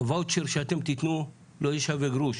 הוואצ'ר שאתם תיתנו לא יהיה שווה גרוש